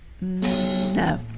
no